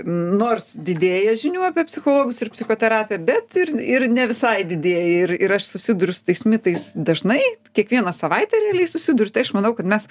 nors didėja žinių apie psichologus ir psichoterapiją bet ir ir ne visai didėja ir ir aš susiduriu su tais mitais dažnai kiekvieną savaitę realiai susiduriu tai aš manau kad mes